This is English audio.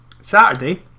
Saturday